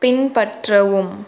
பின்பற்றவும்